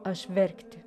aš verkti